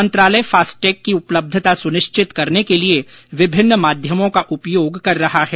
मंत्रालय फास्टैग की उपलब्धता सुनिश्चित करने के लिए विभिन्न माध्यमों का उपयोग कर रहा है